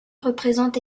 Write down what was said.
représente